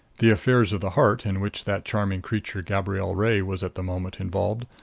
the affairs of the heart, in which that charming creature, gabrielle ray, was at the moment involved,